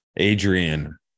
Adrian